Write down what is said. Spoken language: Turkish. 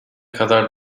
kadar